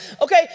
Okay